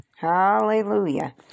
hallelujah